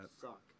suck